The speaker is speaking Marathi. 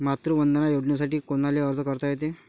मातृवंदना योजनेसाठी कोनाले अर्ज करता येते?